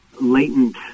latent